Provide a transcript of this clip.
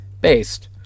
Based